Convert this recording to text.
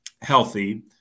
healthy